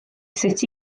sut